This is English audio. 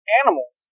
animals